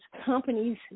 companies